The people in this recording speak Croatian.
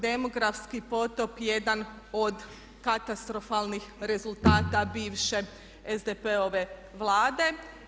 Demografski potop jedan od katastrofalnih rezultata bivše SDP-ove vlade.